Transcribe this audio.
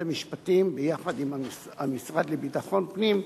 המשפטים יחד עם המשרד לביטחון פנים.